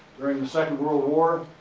during the second world war.